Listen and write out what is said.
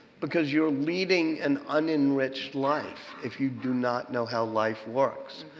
because you're leading an unenriched life if you do not know how life works.